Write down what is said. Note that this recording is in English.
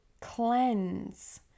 cleanse